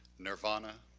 nirvana,